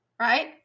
Right